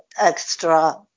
extra